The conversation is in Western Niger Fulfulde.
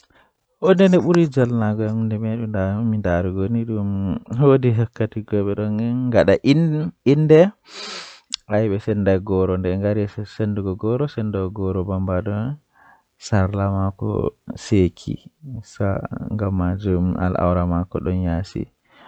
Ndabbawa boosaru jei mi buri yiduki kanjum bosayel peskuturum baleejum ngam kanjum do don voowa himbe masin nden to voowi ma lattan bana sobaajo ma on tokkan